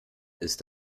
ist